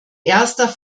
erster